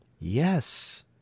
Yes